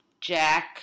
Jack